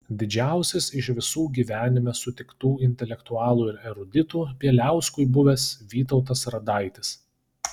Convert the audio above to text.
didžiausias iš visų gyvenime sutiktų intelektualų ir eruditų bieliauskui buvęs vytautas radaitis